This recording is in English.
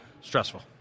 stressful